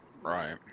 Right